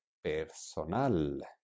personal